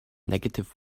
negative